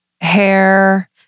hair